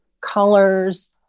colors